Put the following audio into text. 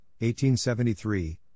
1873